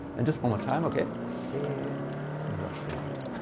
and just one more time. okay there smooth out. so nice.